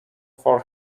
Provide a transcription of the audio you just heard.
for